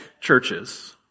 churches